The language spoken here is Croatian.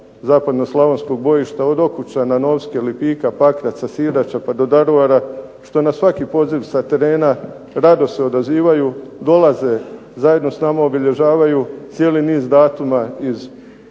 zapadnoslavonskog bojišta, od Okučana, Novske, Lipika, Pakraca, Sirača pa do Daruvara što na svaki poziv sa terena rado se odazivaju, dolaze, zajedno s nama obilježavaju cijeli niz datuma iz